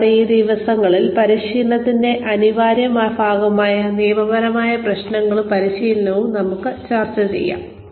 കൂടാതെ ഈ ദിവസങ്ങളിൽ പരിശീലനത്തിന്റെ അനിവാര്യ ഭാഗമായ നിയമപരമായ പ്രശ്നങ്ങളും പരിശീലനവും നമുക്ക് ചർച്ച ചെയ്യാം